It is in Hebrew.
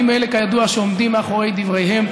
כידוע, אני מאלה שעומדים מאחורי דבריהם.